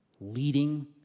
leading